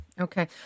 Okay